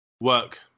work